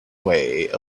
way